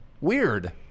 weird